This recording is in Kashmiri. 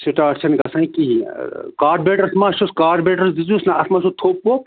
سِٹاٹ چھَنہٕ گژھان کِہیٖنۍ کاڈبیٹرَس مَہ چھُس کاڈبیٹرَس دِژوِس نَہ اَتھ مَہ چھُ تھوٚپ ووٚپ